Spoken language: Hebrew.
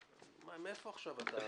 מאיפה עכשיו אתה?